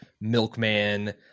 milkman